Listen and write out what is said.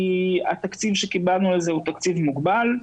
כי התקציב שקיבלנו לזה הוא תקציב מוגבל.